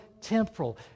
temporal